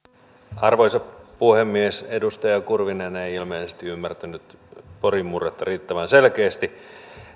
arvoisa puhemies edustaja kurvinen ei ilmeisesti ymmärtänyt porin murretta riittävän selkeästi